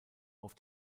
auf